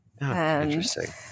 Interesting